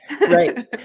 Right